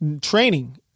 training